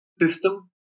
system